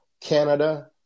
Canada